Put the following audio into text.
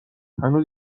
هنوز